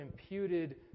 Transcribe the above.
imputed